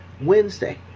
Wednesday